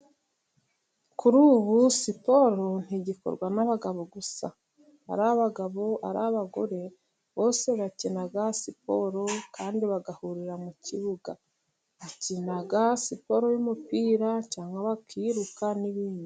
Kuri ubu siporo ntigikorwa n'abagabo gusa. Ari abagabo, ari abagore, bose bakina siporo kandi bagahurira mu kibuga. Bakina siporo y'umupira, cyangwa bakiruka n'ibindi.